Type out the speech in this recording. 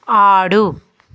ఆడు